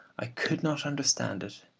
i could not understand it.